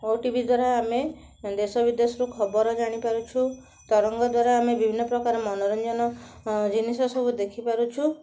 OTV ଦ୍ୱାରା ଆମେ ଦେଶ ବିଦେଶର ଖବର ଜାଣିପାରୁଛୁ ତରଙ୍ଗ ଦ୍ୱାରା ଆମେ ବିଭିନ୍ନ ପ୍ରକାର ମନୋରଞ୍ଜନ ଅଁ ଜିନିଷ ସବୁ ଦେଖିପାରୁଛୁ